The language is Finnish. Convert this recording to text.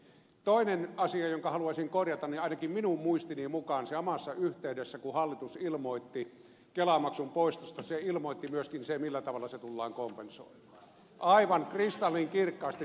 toinen asia jonka haluaisin korjata on että ainakin minun muistini mukaan samassa yhteydessä kun hallitus ilmoitti kelamaksun poistosta se ilmoitti myöskin sen millä tavalla se tullaan kompensoimaan aivan kristallinkirkkaasti tässä salissa